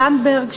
זנדברג,